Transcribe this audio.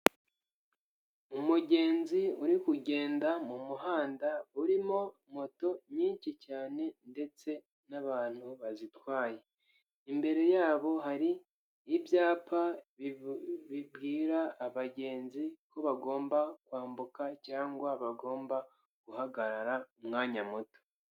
Umugenzi urikugenda mu muhanda, urimo moto nyinshi cyane ndetse n'abantu bazitwaye, imbere yabo hari ibyapa bibwira abagenzi ko bagomba kwambuka cyangwa bagomba guhagarara umwanya muto.